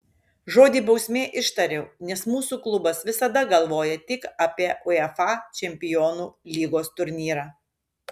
žodį bausmė ištariau nes mūsų klubas visada galvoja tik apie uefa čempionų lygos turnyrą